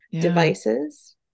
devices